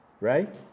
Right